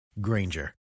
Granger